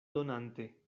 donante